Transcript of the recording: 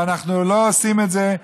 ואנחנו לא עושים את זה.